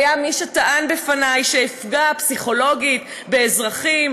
והיה מי שטען בפני שאפגע פסיכולוגית באזרחים,